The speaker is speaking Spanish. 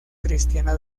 cristiana